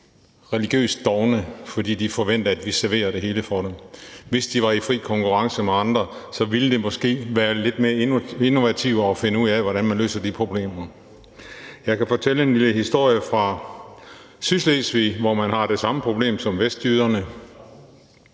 religiøst dovne, fordi de forventer, at vi serverer det hele for dem. Hvis de var i fri konkurrence med andre, ville de måske være lidt mere innovative og finde ud af, hvordan man løser de problemer. Jeg kan fortælle en lille historie fra Sydslesvig, hvor man har det samme problem som vestjyderne,